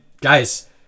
guys